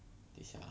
等一下 ah